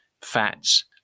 fats